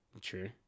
True